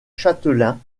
châtelains